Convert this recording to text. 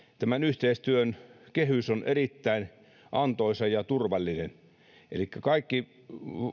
tämän yhteistyön kehys on erittäin antoisa ja turvallinen elikkä kaikki